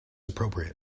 appropriate